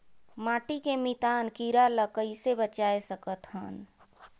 माटी के मितान कीरा ल कइसे बचाय सकत हन?